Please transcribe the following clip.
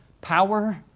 power